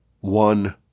one